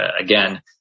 again